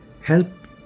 Help